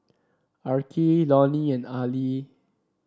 Arkie Lonny and Ali